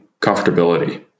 comfortability